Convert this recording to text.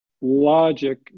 logic